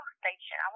station